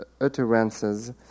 utterances